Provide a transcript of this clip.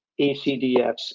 ACDFs